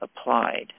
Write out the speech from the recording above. applied